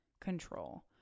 control